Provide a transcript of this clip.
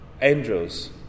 angels